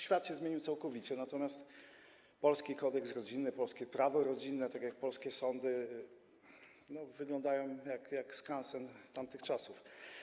Świat się zmienił całkowicie, natomiast polski kodeks rodzinny, polskie prawo rodzinne, polskie sądy wyglądają jak skansen tamtych czasów.